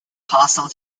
hostile